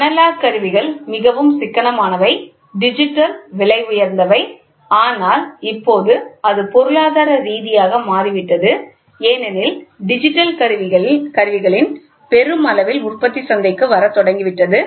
analogue கருவிகள் மிகவும் சிக்கனமானவை டிஜிட்டல் விலை உயர்ந்தவை ஆனால் இப்போது அது பொருளாதார ரீதியாகவும் மாறிவிட்டது ஏனெனில் டிஜிட்டல் கருவிகளின் பெருமளவில் உற்பத்தி சந்தைக்கு வரத் தொடங்கிவிட்டது